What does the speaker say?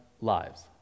lives